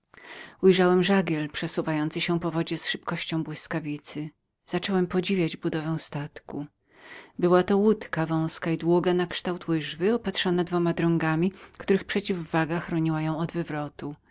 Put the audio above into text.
ujrzałem żagiel przesuwający się po wodzie z szybkością błyskawicy zacząłem podziwiać budowę statku była to łódka wązka i długa nakształt łyżwy opatrzona dwoma drągami których przeciw waga chroniła od wywrotu